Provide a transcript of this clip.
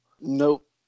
Nope